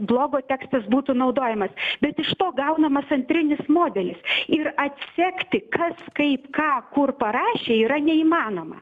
blogo tekstas būtų naudojamas bet iš to gaunamas antrinis modelis ir atsekti kas kaip ką kur parašė yra neįmanoma